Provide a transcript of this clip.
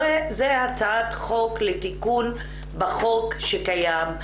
זאת הצעת חוק לתיקון החוק שקיים.